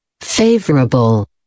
Favorable